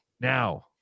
Now